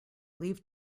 leave